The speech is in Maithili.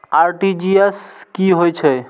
आर.टी.जी.एस की होय छै